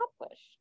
accomplished